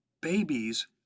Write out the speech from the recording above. babies